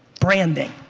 branding.